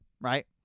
right